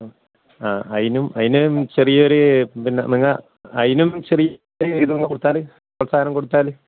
ആ അതിന് അതിന് ചെറിയൊരു പിന്നെ നിങ്ങൾ അതിനും ചെറിയൊരു ഇത് കൊടുത്താൽ പ്രോത്സാഹനം കൊടുത്താൽ